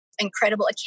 incredible